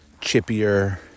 chippier